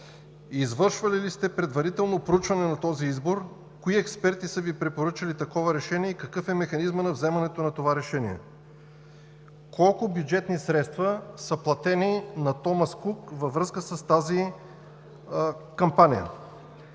Извършвали ли сте предварително проучване на този избор? Кои експерти са Ви препоръчали такова решение и какъв е механизмът на вземането на това решение? Колко бюджетни средства са платени на „Томас Кук“ във връзка с тази кампания?